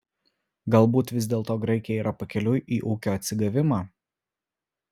galbūt vis dėlto graikija yra pakeliui į ūkio atsigavimą